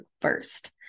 first